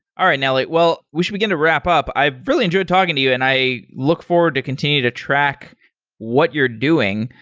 all right, nelly. well, we should begin to wrap up. i've really enjoyed talking to you and i look forward to continue to track what you're doing,